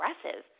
aggressive